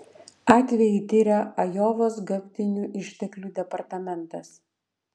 atvejį tiria ajovos gamtinių išteklių departamentas